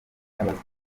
abazwa